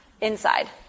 inside